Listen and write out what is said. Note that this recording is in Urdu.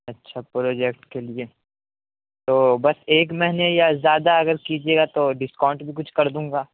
اچھا پروجیکٹ کے لیے تو بس ایک مہینے یا زیادہ اگر کیجیے گا تو ڈسکاؤنٹ بھی کچھ کر دوں گا